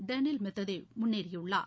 Daniil Medvedev முன்னேறியுள்ளார்